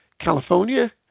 California